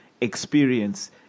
experience